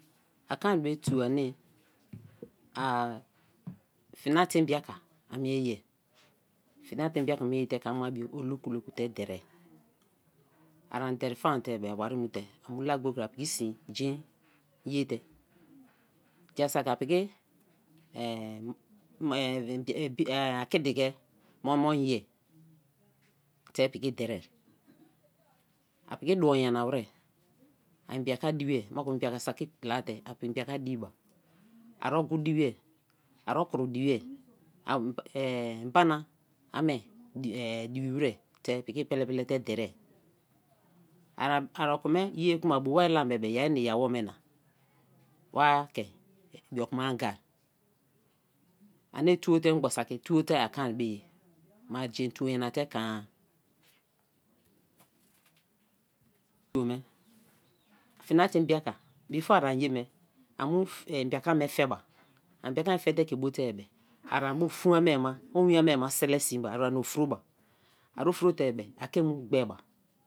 A kon me tuo ani. a fina te mbia-kamie ye. fina te mbiaka me yete ke ama bio oloku, oloku te derei. a runi derei faan te bebe a wari mu te. a mu la gboi kri a piki sin jen ye te. ja saki a piki a kidi ke moi-moi ye. te piki derei apiki duo nyana wer. ai mbiaka dibi. moku mbiaka saki la te. a mbiaka dii ba. a ogu dibi. a okro dibi. a mbana amei, dii wer te piki pele. pele te derei. a okon me ye kma. a bo wai lam bebe. yei na i-a wome na wa ke ibiok ma anga. ani tuo te. me gboi saki tuo te a kon bei-e. ma jen tuo nyana te kon-a, fina te mbia ka before an ye me. amu mbiaka me fe ba, a mbiaka me fe te ke bo te-e be, ara bu fuun amei ma. o win mei ma sele sin ba. ari ni fro ba ari ofuro te-e be. a ke mu gbe bai